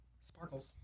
Sparkles